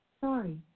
Sorry